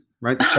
right